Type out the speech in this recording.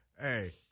hey